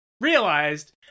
realized